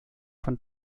von